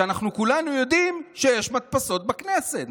כשכולנו יודעים שיש מדפסות בכנסת,